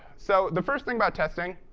so the first thing about testing,